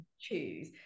choose